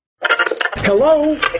Hello